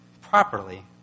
properly